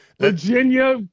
Virginia